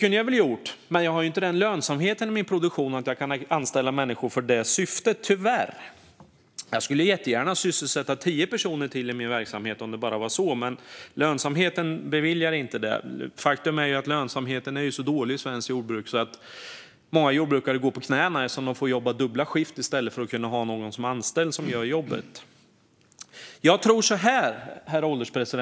Men jag har tyvärr inte den lönsamheten i min produktion att jag kan anställa människor för det syftet. Jag skulle gärna sysselsätta tio personer till, men lönsamheten medger inte det. Faktum är att lönsamheten är så dålig i svenskt jordbruk att många jordbrukare går på knäna, eftersom de får jobba dubbla skift i stället för att ha någon anställd som gör jobbet. Herr ålderspresident!